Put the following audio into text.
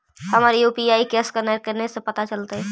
हमर यु.पी.आई के असकैनर कने से पता चलतै?